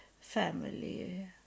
family